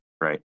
right